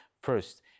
First